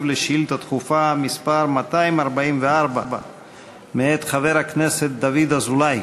על שאילתה דחופה מס' 244 מאת חבר הכנסת דוד אזולאי.